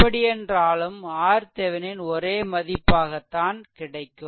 எப்படியென்றாலும் RThevenin ஒரே மதிப்பாகத்தான் கிடைக்கும்